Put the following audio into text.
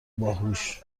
باهوش